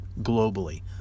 globally